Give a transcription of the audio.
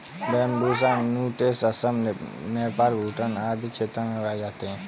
Bambusa nutans Assam, Nepal, Bhutan आदि क्षेत्रों में उगाए जाते है